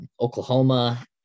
Oklahoma